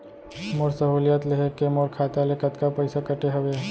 मोर सहुलियत लेहे के मोर खाता ले कतका पइसा कटे हवये?